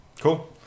Cool